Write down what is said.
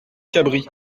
cabris